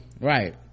Right